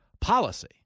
policy